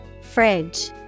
Fridge